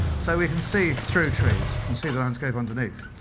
so we can see through trees and see the landscape underneath.